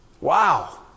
Wow